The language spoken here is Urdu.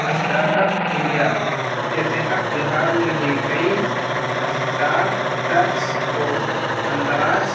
اسٹارٹ اپ انڈیا کے تحق بہار میں بھی کئی اسٹارٹپس کو اندراج